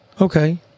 Okay